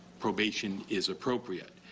probation is appropriate.